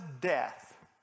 death